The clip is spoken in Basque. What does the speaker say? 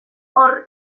hor